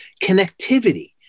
connectivity